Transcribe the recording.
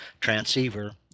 transceiver